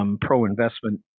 pro-investment